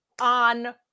on